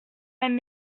même